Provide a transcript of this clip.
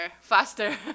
faster